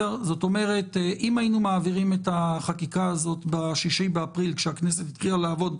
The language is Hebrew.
אם היינו מעבירים את החקיקה הזאת ב-6 באפריל כשהכנסת התחילה לעבוד,